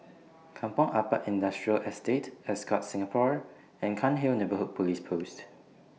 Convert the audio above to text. Kampong Ampat Industrial Estate Ascott Singapore and Cairnhill Neighbourhood Police Post